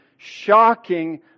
shocking